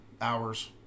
hours